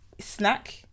Snack